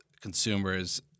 consumers